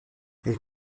elles